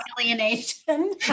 alienation